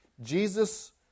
Jesus